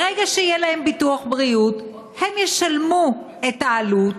ברגע שיהיה להם ביטוח בריאות, הם ישלמו את העלות,